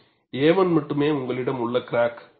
a1 மட்டுமே உங்களிடம் உள்ள கிராக்